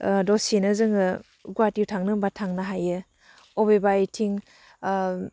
दसेनो जोङो गुवाहाटियाव थांनो होनब्ला थांनो हायो बबेबा बैथिं